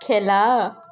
খেলা